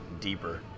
deeper